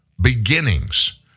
beginnings